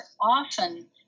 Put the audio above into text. often